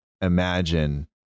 imagine